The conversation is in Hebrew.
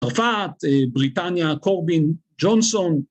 צרפת, בריטניה, קורבין, ג'ונסון.